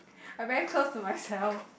I very close to myself